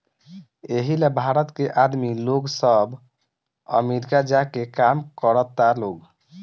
एही ला भारत के आदमी लोग सब अमरीका जा के काम करता लोग